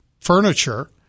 Furniture